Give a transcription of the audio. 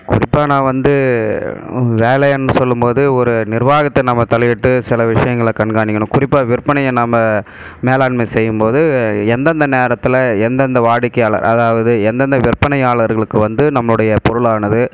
குறிப்பாக நான் வந்து வேலைன்னு சொல்லும்போது ஒரு நிர்வாகத்தில் நம்ம தலையிட்டு சில விஷயங்கள கண்காணிக்கணும் குறிப்பாக விற்பனையை நாம் மேலாண்மை செய்யும்போது எந்தெந்த நேரத்தில் எந்தெந்த வாடிக்கையாளர் அதாவது எந்தெந்த விற்பனையாளர்களுக்கு வந்து நம்முடைய பொருளானது